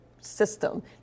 system